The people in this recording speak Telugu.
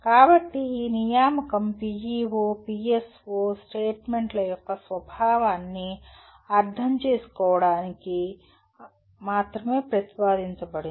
కాబట్టి ఈ నియామకం PEO PSO స్టేట్మెంట్ల యొక్క స్వభావాన్ని అర్థం చేసుకోవడానికి అర్థం చేసుకోవడానికి మాత్రమే ప్రతిపాదించబడింది